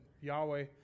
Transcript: Yahweh